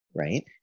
Right